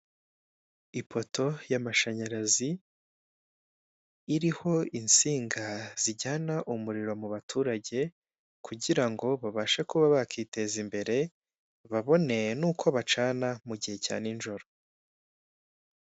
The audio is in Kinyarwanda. Ipoto y'amashanyarazi iriho insinga zijyana umuriro mu baturage kugira ngo babashe kuba bakwiteza imbere babone n'uko bacana mu gihe cya ninjoro.